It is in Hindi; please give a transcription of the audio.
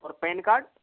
और पैन कार्ड